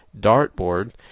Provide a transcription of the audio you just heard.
dartboard